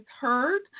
heard